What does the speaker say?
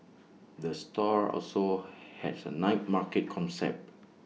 the store also has A night market concept